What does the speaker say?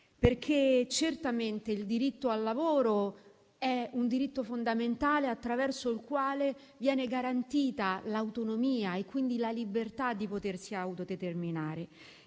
perché certamente il diritto al lavoro è un diritto fondamentale attraverso il quale viene garantita l'autonomia e quindi la libertà di potersi autodeterminare.